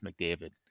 McDavid